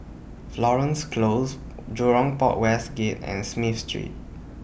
Florence Close Jurong Port West Gate and Smith Street